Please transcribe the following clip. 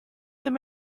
them